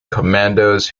commandos